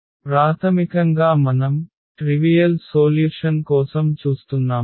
ప్రాథమికంగా మనం trivial solution కోసం చూస్తున్నాము